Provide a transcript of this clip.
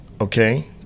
Okay